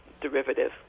derivative